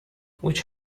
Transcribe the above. which